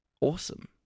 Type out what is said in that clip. awesome